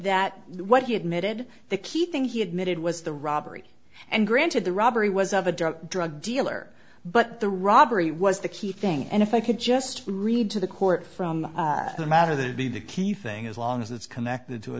that what he admitted the key thing he admitted was the robbery and granted the robbery was of a drug drug dealer but the robbery was the key thing and if i could just read to the court from the matter that would be the key thing as long as it's connected to a